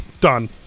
Done